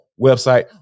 website